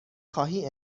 خواهی